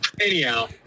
anyhow